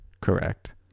correct